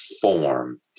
form